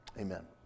Amen